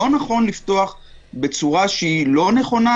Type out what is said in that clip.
לא נכון לפתוח בצורה שהיא לא נכונה